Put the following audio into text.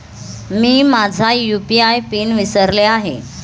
मी माझा UPI PIN विसरले आहे